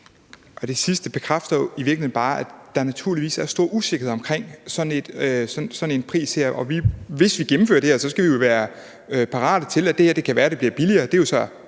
virkeligheden bare, at der naturligvis er stor usikkerhed omkring sådan en pris. Hvis vi gennemfører det her, skal vi jo være parate til, at det kan være, at det bliver billigere.